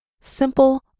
Simple